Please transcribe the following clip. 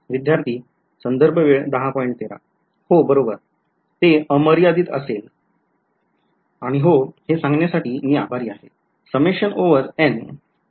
विध्यार्थी हो बरोबर ते अमर्यादित असेल आणि हे सांगण्यासाठी आभारी आहे